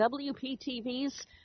WPTV's